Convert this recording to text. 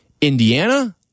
Indiana